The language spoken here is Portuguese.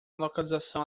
localização